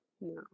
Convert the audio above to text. no